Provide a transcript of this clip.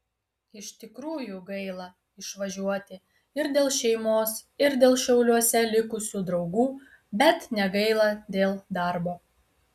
iš tikrųjų gaila išvažiuoti ir dėl šeimos ir dėl šiauliuose likusių draugų bet negaila dėl darbo